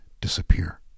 disappear